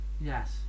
yes